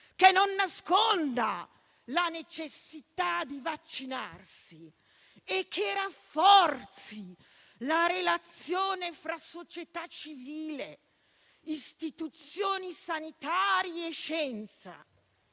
che non nasconda la necessità di vaccinarsi e che rafforzi la relazione fra società civile, istituzioni sanitarie e scienza,